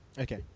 Okay